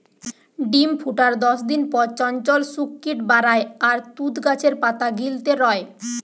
ডিম ফুটার দশদিন পর চঞ্চল শুক কিট বারায় আর তুত গাছের পাতা গিলতে রয়